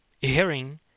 hearing